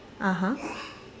(uh huh)